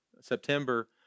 September